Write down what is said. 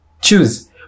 Choose